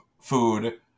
food